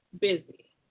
busy